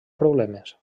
problemes